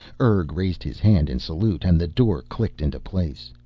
urg raised his hand in salute and the door clicked into place.